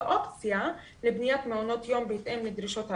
האופציה לבניית מעונות יום בהתאם לדרישות האגף,